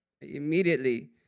Immediately